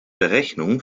berechnungen